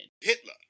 Hitler